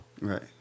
right